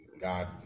God